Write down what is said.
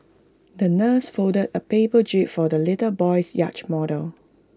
the nurse folded A paper jib for the little boy's yacht model